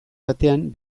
batean